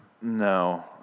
No